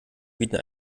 bieten